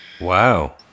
Wow